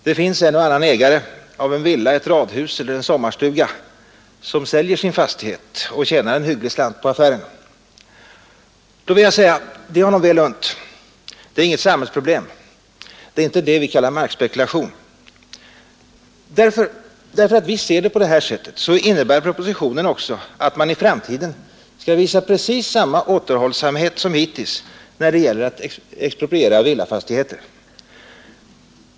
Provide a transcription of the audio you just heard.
Det finns en och annan ägare av en villa, ett radhus eller en sommarstuga som säljer sin fastighet och tjänar en hygglig slant på affären — men det är honom väl unt. Det är inget samhällsproblem, det är inte det vi kallar markspekulation. Därför att vi ser saken på det här sättet innebär propositionen också att man i framtiden skall visa precis samma återhållsamhet som hittills när det gäller att expropriera villafastigheter.